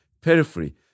periphery